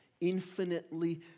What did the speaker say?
infinitely